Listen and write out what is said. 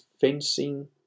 fencing